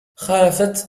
خافت